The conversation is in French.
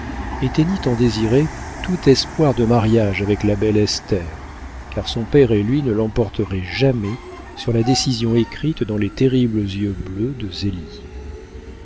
éteignit en désiré tout espoir de mariage avec la belle esther car son père et lui ne l'emporteraient jamais sur la décision écrite dans les terribles yeux bleus de